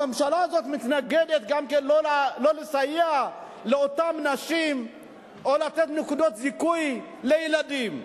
הממשלה הזאת מתנגדת גם לסיוע לאותן נשים או לנקודות זיכוי על ילדים.